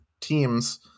teams